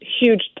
huge